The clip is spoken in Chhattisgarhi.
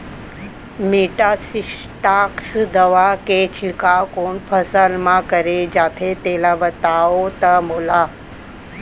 मेटासिस्टाक्स दवा के छिड़काव कोन फसल म करे जाथे तेला बताओ त मोला?